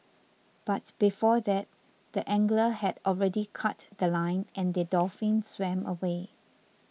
but before that the angler had already cut The Line and the dolphin swam away